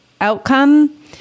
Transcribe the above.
outcome